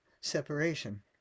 separation